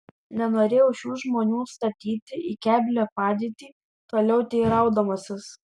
nenorėjau šių žmonių statyti į keblią padėtį toliau teiraudamasis